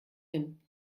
hin